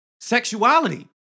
sexuality